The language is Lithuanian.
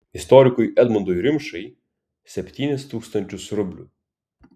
istorikui edmundui rimšai septynis tūkstančius rublių